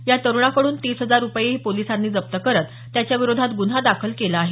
या तरुणाकडून तीस हजार रुपयेही पोलिसांनी जप्त करत त्याच्याविरोधात गुन्हा दाखल करण्यात आला आहे